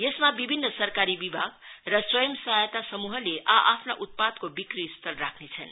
यसमा विभिन्न सरकारी विभाग र स्वंय सहायता समूहले आ आफ्ना उत्पादको स्थान राख्नेछन्